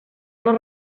les